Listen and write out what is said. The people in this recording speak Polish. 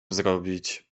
zrobić